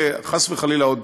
וחס וחלילה עוד,